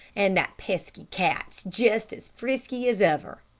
and that pesky cat's jest as frisky as ever!